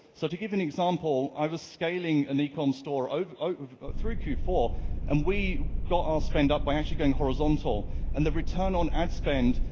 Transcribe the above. so to give an example, i was scaling an ecom store over over through q four and we got our spend up by actually going horizontal and the return on ad spend,